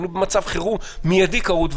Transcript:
היינו במצב חירום והדברים קרו מיידית.